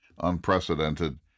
unprecedented